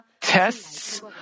Tests